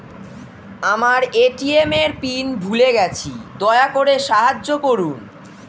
আমার এ.টি.এম এর পিন ভুলে গেছি, দয়া করে সাহায্য করুন